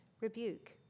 rebuke